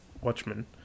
Watchmen